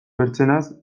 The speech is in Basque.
bertzenaz